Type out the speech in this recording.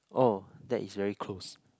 oh that is very close